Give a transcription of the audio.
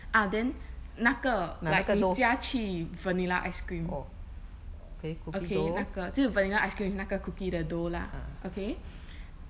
ah then 那个 like 你加去 vanilla ice-cream okay 那个就是 vanilla ice-cream with 那个 cookie 的 dough la okay